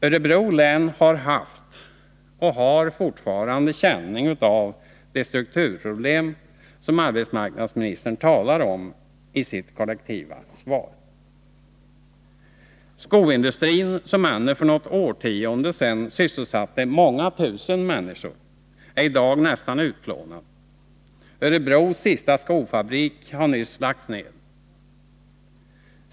Örebro län har haft och har fortfarande känning av de strukturproblem som arbetsmarknadsministern talar om i sitt kollektiva svar. Skoindustrin, som ännu för något årtionde sedan sysselsatte många tusen människor, är i dag nästan utplånad. Örebros sista skofabrik har nyss lagts ned.